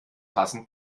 passend